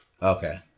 Okay